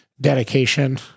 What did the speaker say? dedication